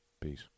Peace